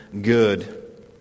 good